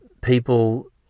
people